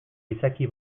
izaki